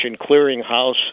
Clearinghouse